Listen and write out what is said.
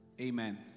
Amen